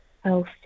health